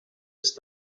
ist